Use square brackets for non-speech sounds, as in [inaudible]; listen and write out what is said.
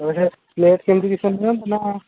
[unintelligible] plate କେମିତି କିସ ନିଅନ୍ତି ନା